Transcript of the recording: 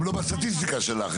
הם לא בסטטיסטיקה שלך,